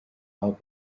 helper